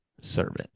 servant